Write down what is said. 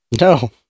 no